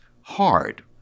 hard